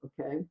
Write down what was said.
okay